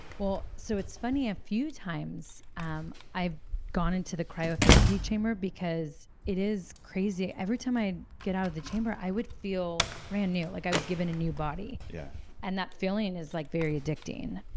so, it's funny. a few times um i've gone into the cryotherapy chamber, because it is crazy every time i get out of the chamber, i would feel brand new, like i was given a new body yeah and that feeling is like very addicting,